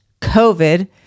COVID